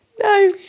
No